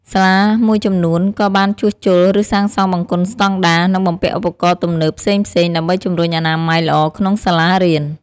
សាលាមួយចំនួនក៏បានជួសជុល ឬសាងសង់បង្គន់ស្តង់ដារ និងបំពាក់ឧបករណ៍ទំនើបផ្សេងៗ ដើម្បីជំរុញអនាម័យល្អក្នុងសាលារៀន។